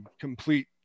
complete